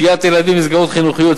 שהיית ילדים במסגרות חינוכיות,